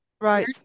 Right